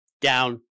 down